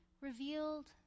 revealed